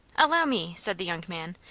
allow me said the young man,